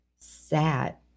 sat